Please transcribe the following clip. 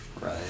right